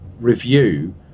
review